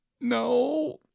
no